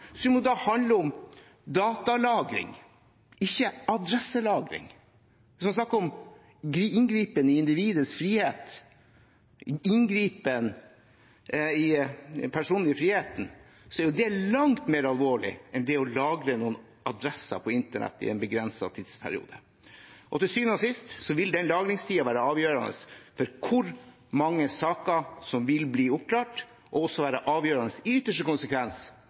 om datalagring, ikke adresselagring. Når man snakker om inngripen i individets frihet og den personlige friheten, er det langt mer alvorlig enn å lagre noen adresser på internett i en begrenset tidsperiode. Til syvende og sist vil den lagringstiden være avgjørende for hvor mange saker som blir oppklart, og – i ytterste konsekvens – være avgjørende